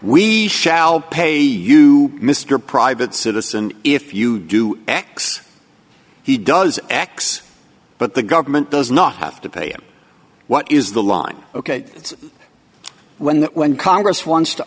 we shall pay you mr private citizen if you do x he does x but the government does not have to pay what is the line ok it's when that when congress wants to